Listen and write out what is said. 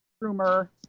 rumor